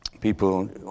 people